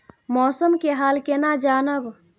मौसम के हाल केना जानब?